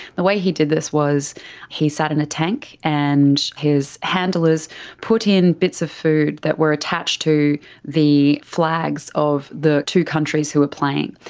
the way he did this was he sat in a tank and his handlers put in bits of food that were attached to the flags of the two countries who were playing,